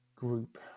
group